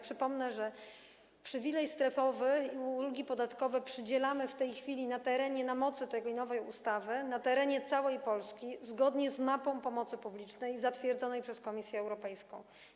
Przypomnę, że przywilej strefowy i ulgi podatkowe przydzielamy w tej chwili na mocy tej nowej ustawy na terenie całej Polski zgodnie z mapą pomocy publicznej zatwierdzoną przez Komisję Europejską.